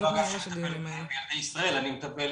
אני מטפל